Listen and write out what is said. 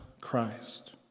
Christ